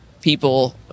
people